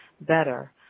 better